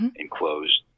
enclosed